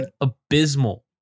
abysmal